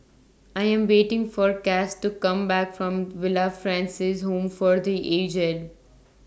I Am waiting For Cas to Come Back from Villa Francis Home For The Aged